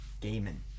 Gaming